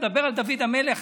הוא מדבר על דוד המלך,